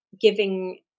giving